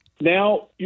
Now